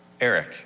Eric